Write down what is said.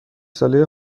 ساله